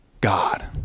God